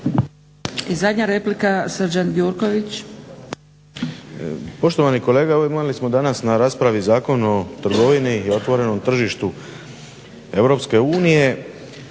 **Gjurković, Srđan (HNS)** Poštovani kolega evo imali smo danas na raspravi Zakon o trgovini i otvorenom tržištu Europske unije